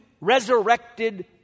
resurrected